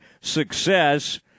success